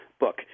book